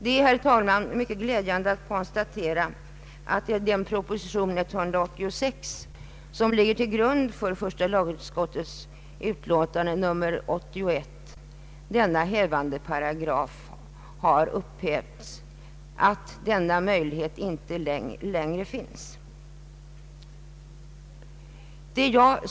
Det är, herr talman, mycket glädjande att konstatera att proposition 186, som ligger till grund för första lagutskottets utlåtande nr 81, innehåller förslag om att denna hävandeparagraf tas bort.